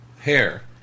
hair